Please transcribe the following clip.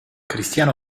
cristiano